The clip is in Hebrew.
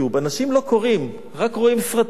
אנשים לא קוראים, רק רואים סרטים.